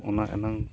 ᱚᱱᱟ ᱮᱱᱟᱝ